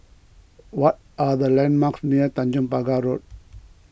what are the landmarks near Tanjong Pagar Road